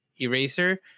Eraser